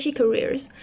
careers